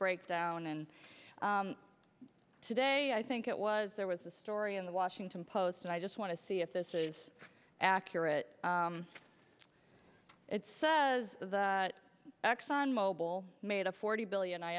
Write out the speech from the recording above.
breakdown and today i think it was there was a story in the washington post and i just want to see if this is accurate it says that exxon mobil made a forty billion i